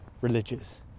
religious